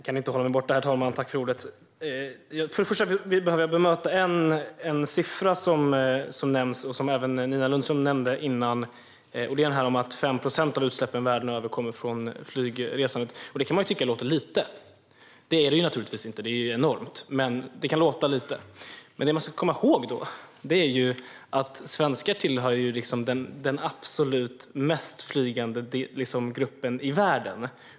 Herr talman! Jag kan inte hålla mig borta - tack för ordet! Jag vill bemöta en siffra som nämns och som även Nina Lundström nämnde innan, och det är det här med att 5 procent av utsläppen världen över kommer från flygresandet. Det kan man tycka låter lite. Det är det naturligtvis inte; det är enormt, även om det kan låta lite. Det man ska komma ihåg är att svenskar tillhör den grupp som flyger absolut mest i världen.